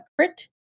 Crit